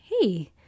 hey